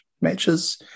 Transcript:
matches